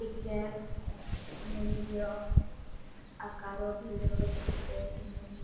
ticket ମୂଲ୍ୟ ଆକାର ticket ମୂଲ୍ୟ